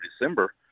December